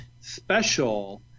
special